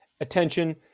attention